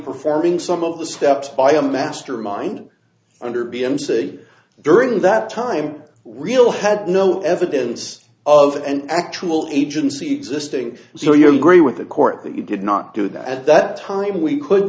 performing some of the steps by a mastermind under b m say during that time real had no evidence of an actual agency existing so you agree with the court that you did not do that at that time we could